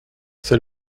c’est